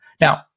Now